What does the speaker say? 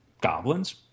goblins